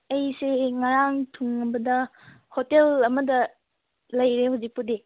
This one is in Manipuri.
ꯑꯩꯁꯦ ꯉꯔꯥꯡ ꯊꯨꯡꯂꯕꯗ ꯍꯣꯇꯦꯜ ꯑꯃꯗ ꯂꯩꯔꯦ ꯍꯧꯖꯤꯛꯄꯨꯗꯤ